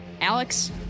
Alex